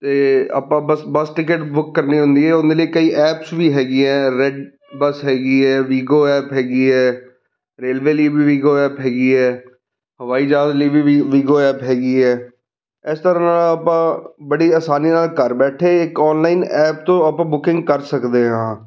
ਅਤੇ ਆਪਾਂ bus bus ticket book ਕਰਨੀ ਹੁੰਦੀ ਹੈ ਉਹਦੇ ਲਈ ਕਈ ਐਪਸ ਵੀ ਹੈਗੀਆਂ ਰੈਡ ਬਸ ਹੈਗੀ ਹੈ ਵੀਗੋ ਐਪ ਹੈਗੀ ਹੈ ਰੇਲਵੇ ਲਈ ਵੀ ਵੀਗੋ ਐਪ ਹੈਗੀ ਹੈ ਹਵਾਈ ਜਹਾਜ਼ ਲਈ ਵੀ ਵੀ ਵੀਗੋ ਹੈਗੀ ਹੈ ਇਸ ਤਰ੍ਹਾਂ ਨਾਲ ਆਪਾਂ ਬੜੀ ਆਸਾਨੀ ਨਾਲ ਘਰ ਬੈਠੇ ਇੱਕ ਔਨਲਾਈਨ ਐਪ ਤੋਂ ਆਪਾਂ ਬੁਕਿੰਗ ਕਰ ਸਕਦੇ ਹਾਂ